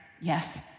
yes